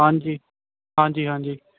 ਹਾਂਜੀ ਹਾਂਜੀ ਹਾਂਜੀ